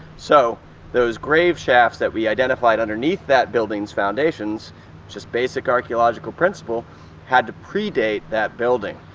so those grave shafts that we identified underneath that building's foundations just basic archaeological principle had to pre-date that building.